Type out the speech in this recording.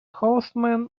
horseman